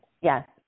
Yes